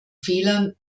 fehlern